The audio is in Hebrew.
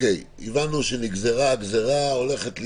הבנו שהגזרה נגזרה, החקיקה הולכת להיות,